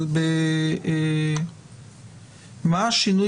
אבל מה השינוי